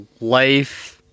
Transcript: life